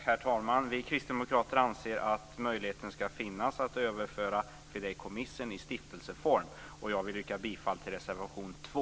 Herr talman! Vi kristdemokrater anser att möjligheten ska finnas att överföra fideikommissen i stiftelseform. Jag vill yrka bifall till reservation 2.